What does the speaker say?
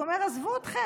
הוא אומר: עזבו אתכם,